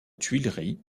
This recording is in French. tuileries